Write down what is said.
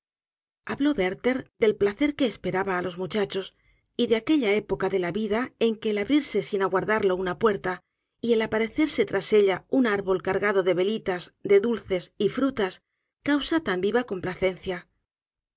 á sushermanosy hermanas habló wertherdelplacerque esperaba á los muchachos y de aquella época de la vida en que el abrirse sinaguardarlo unapuerta y el aparecersetrasella un árbolcargado de velitas de dulces y de frutas causa tan viva complacencia